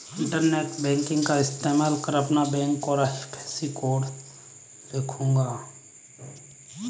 internet banking का इस्तेमाल कर मैं अपना बैंक और आई.एफ.एस.सी कोड लिखूंगा